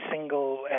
single